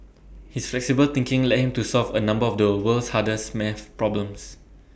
his flexible thinking led him to solve A number of the world's hardest math problems